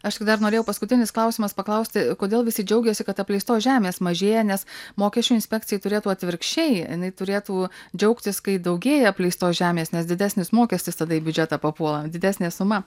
aš tik dar norėjau paskutinis klausimas paklausti kodėl visi džiaugėsi kad apleistos žemės mažėja nes mokesčių inspekcija turėtų atvirkščiai jinai turėtų džiaugtis kai daugėja apleistos žemės nes didesnis mokestis tada į biudžetą papuola didesnė suma